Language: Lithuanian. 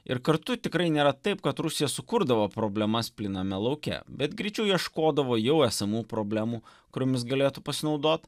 ir kartu tikrai nėra taip kad rusija sukurdavo problemas plyname lauke bet greičiau ieškodavo jau esamų problemų kuriomis galėtų pasinaudot